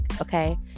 okay